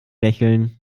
lächeln